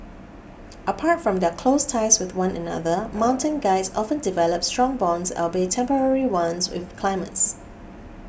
apart from their close ties with one another mountain guides often develop strong bonds albeit temporary ones with climbers